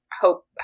Hope